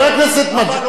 אבל הוא לא נתן אפילו מלה.